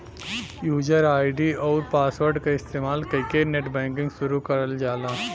user ID आउर password क इस्तेमाल कइके नेटबैंकिंग शुरू करल जाला